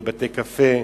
בבתי-קפה,